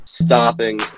Stopping